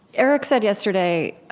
eric said yesterday,